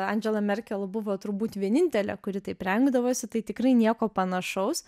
andžela merkel buvo turbūt vienintelė kuri taip rengdavosi tai tikrai nieko panašaus